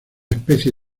especie